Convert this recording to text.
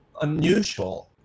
unusual